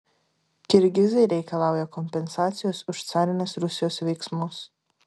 kirgizai reikalauja kompensacijos už carinės rusijos veiksmus